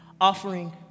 offering